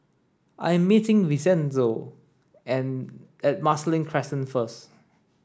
I am meeting Vincenzo and at Marsiling Crescent first